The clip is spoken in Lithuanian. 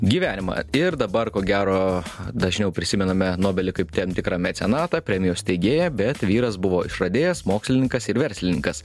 gyvenimą ir dabar ko gero dažniau prisimename nobelį kaip tam tikrą mecenatą premijų steigėją bet vyras buvo išradėjas mokslininkas ir verslininkas